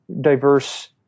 diverse